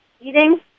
eating